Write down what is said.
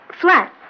Flat